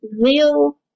real